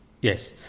Yes